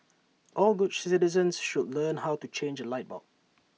all good citizens should learn how to change A light bulb